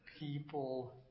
People